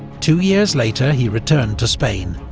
two years later he returned to spain,